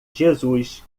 jesus